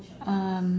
um